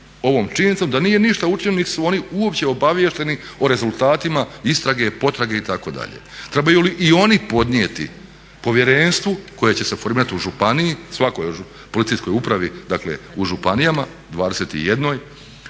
ovom činjenicom da nije ništa učinjeno niti su oni uopće obaviješteni o rezultatima istrage, potrage itd. Trebaju li i oni podnijeti povjerenstvu koje će se formirati u županiji, svakoj policijskoj upravi, dakle u županijama, 21,